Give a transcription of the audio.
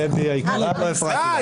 דבי, לא הפרעתי לך.